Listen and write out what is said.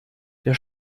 der